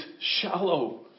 shallow